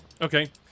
Okay